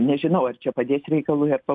nežinau ar čia padės reikalui ar